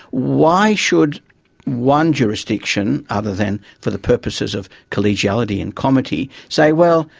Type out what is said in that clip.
why should one jurisdiction other than for the purposes of collegiality and comity say, well,